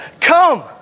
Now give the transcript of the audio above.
Come